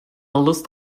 list